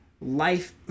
life